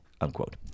Unquote